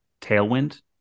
Tailwind